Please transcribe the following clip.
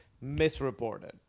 misreported